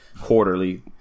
quarterly